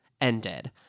ended